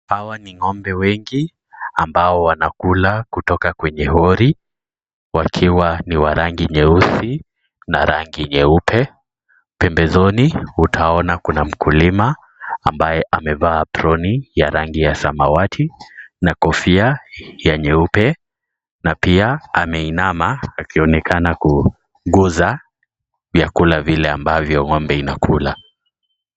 Hawa ni ng'ombe wengi, ambao wanakula kutoka kwenye hori. Wakiwa ni wa rangi nyeusi na rangi nyeupe. Pembezoni utaona kuna mkulima, ambaye amevaa apuloni ya rangi ya samawati na kofia ya nyeupe, na pia ameinama, akionekana kuugusa vyakula vile ambavyo ng'ombe anakula.